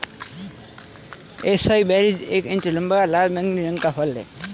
acai berries एक inch लंबा, लाल बैंगनी रंग का फल है